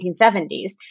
1970s